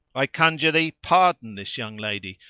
i conjure thee pardon this young lady,